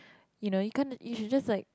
you know you can't you should just like